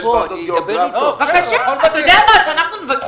אנחנו נבקש.